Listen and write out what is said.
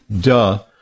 duh